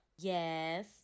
yes